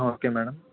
okay madam